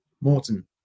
Morton